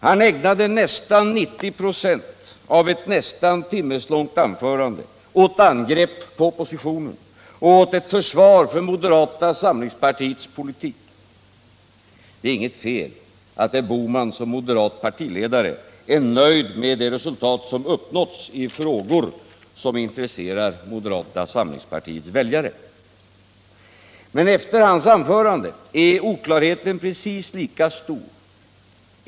Han ägnade nästan 90 96 av ett nästan timmeslångt anförande åt angrepp på oppositionen och åt ett försvar av moderata samlingspartiets politik. Det är inte något fel att Gösta Bohman såsom moderat partiledare är nöjd med de resultat som har uppnåtts i frågor som intresserar moderata samlingspartiets väljare. Men efter hans anförande är oklarheten precis lika stor.